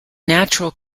natural